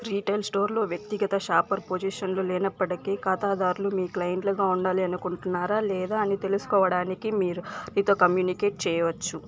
retail స్టోర్లో వ్యక్తిగత shopper పొజిషన్లు లేనప్పటికీ ఖాతాదారులు మీ క్లయింట్లుగా ఉండాలని అనుకుంటున్నారా లేదా అని తెలుసుకోవడానికి మీరు మీతో కమ్యూనికేట్ చేయవచ్చు